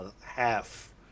half